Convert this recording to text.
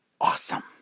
awesome